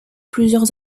plusieurs